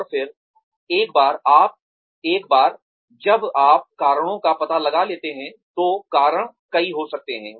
और फिर एक बार जब आप कारणों का पता लगा लेते हैं तो कारण कई हो सकते हैं